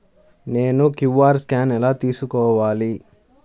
నేను QR scan ఎలా తీసుకోవాలి?